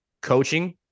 coaching